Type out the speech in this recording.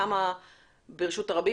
כמה ברשות הרבים,